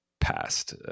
past